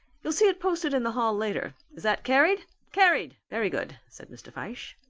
you'll see it posted in the hall later. is that carried? carried! very good, said mr. fyshe.